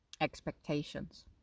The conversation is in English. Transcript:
expectations